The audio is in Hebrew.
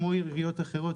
כמו עיריות אחרות,